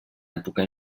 època